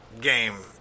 game